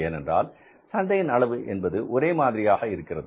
ஏனென்றால் சந்தையின் அளவு என்பது ஒரே மாதிரியாக இருக்கிறது